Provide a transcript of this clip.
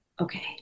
Okay